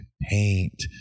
paint